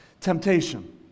Temptation